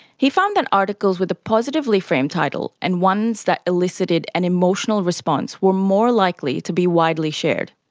he found that articles with a positively framed title and ones that elicited an emotional response were more likely to be widely shared.